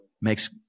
Makes